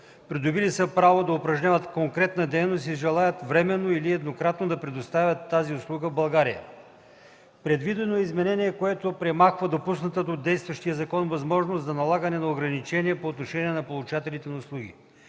придобили са право да упражняват конкретна дейност и желаят временно или еднократно да предоставят тази услуга в България. Предвидено е изменение, което премахва допусната от действащия закон възможност за налагане на ограничения по отношение на получателите на услуги.